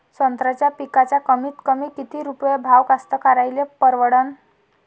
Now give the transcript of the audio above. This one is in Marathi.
संत्र्याचा पिकाचा कमीतकमी किती रुपये भाव कास्तकाराइले परवडन?